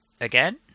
again